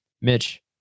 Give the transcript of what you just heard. Mitch